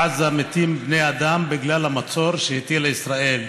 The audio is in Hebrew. בעזה מתים בני אדם בגלל המצור שהטילה ישראל.